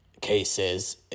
cases